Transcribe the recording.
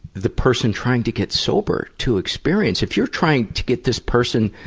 the person trying to get sober to experience. if you're trying to get this person